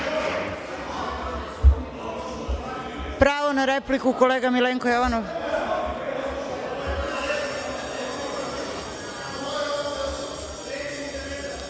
na repliku kolega Milenko Jovanov.